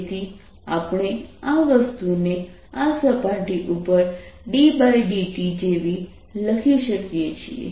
તેથી આપણે આ વસ્તુને આ સપાટી ઉપર ddt જેવી લખી શકીએ છીએ